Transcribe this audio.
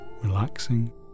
relaxing